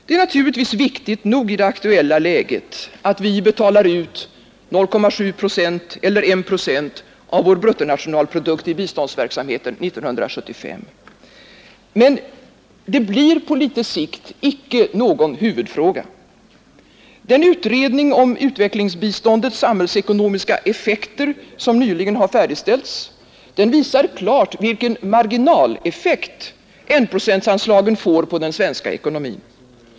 Det är naturligtvis viktigt nog i det aktuella läget att vi betalar ut 0,7 procent eller 1 procent av vår bruttonationalprodukt i biståndsverksamheten år 1975. Men det blir på litet sikt icke någon huvudfråga. Den utredning om utvecklingsbiståndets samhällsekonomiska effekter som nyligen färdigställts visar klart vilken marginaleffekt enprocentsanslagen får på den svenska ekonomin.